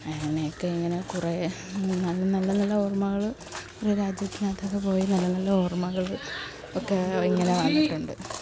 അങ്ങനെയൊക്കെ ഇങ്ങനെ കുറെ നല്ല നല്ല നല്ല ഓർമ്മകൾ ഓരോ രാജ്യത്തിനകത്തൊക്കെ പോയി നല്ല നല്ല ഓർമ്മകൾ ഒക്കെ ഇങ്ങനെ വന്നിട്ടുണ്ട്